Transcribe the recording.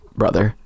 brother